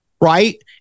right